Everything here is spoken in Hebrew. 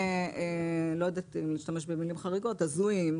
לא רוצה להשתמש במלים חריגות, הזויים.